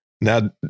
Now